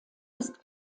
ist